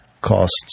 costs